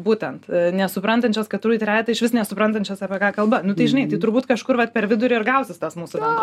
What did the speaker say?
būtent nesuprantančios kad turi trejetą išvis nesuprantančios apie ką kalba nu tai žinai tai turbūt kažkur vat per vidurį gausis tas mūsų